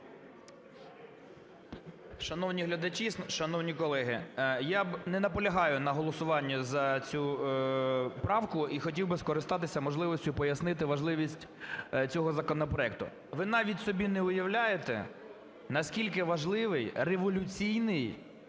Шановні глядачі, шановні колеги, я не наполягаю на голосуванні за цю правку і хотів би скористатися можливістю пояснити важливість цього законопроекту. Ви навіть собі не уявляєте, наскільки важливий революційний